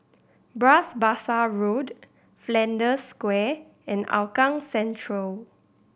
Bras Basah Road Flanders Square and Hougang Central